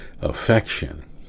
affection